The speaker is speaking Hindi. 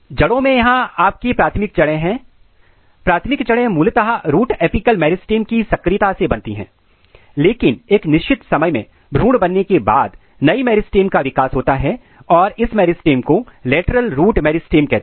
जड़ों में यहां आपकी प्राथमिक जड़े हैं प्राथमिक जड़े मूलतः रूट अपिकल मेरिस्टम की सक्रियता से बनती हैं लेकिन एक निश्चित समय मैं भ्रूण बनने के बाद नई मेरिस्टम का विकास होता है और इस मेरिस्टम को लेटरल रूट मेरिस्टम कहते हैं